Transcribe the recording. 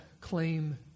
claim